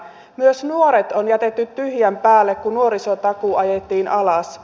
myös nuoret on jätetty tyhjän päälle kun nuorisotakuu ajettiin alas